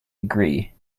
agree